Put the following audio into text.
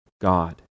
God